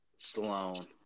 Stallone